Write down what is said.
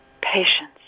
patience